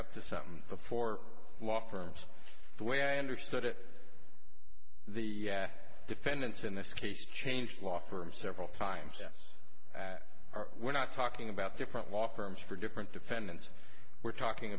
up to something before law firms the way i understood it the defendants in this case changed law firms several times yes we're not talking about different law firms for different defendants we're talking